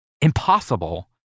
Impossible